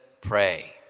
pray